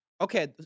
Okay